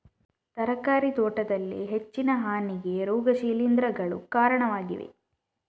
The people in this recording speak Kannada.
ತರಕಾರಿ ತೋಟದಲ್ಲಿ ಹೆಚ್ಚಿನ ಹಾನಿಗೆ ರೋಗ ಶಿಲೀಂಧ್ರಗಳು ಕಾರಣವಾಗಿವೆ